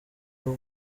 w’u